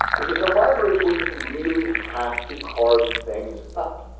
because the library is where you really have to carve things up.